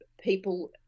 people